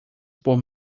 por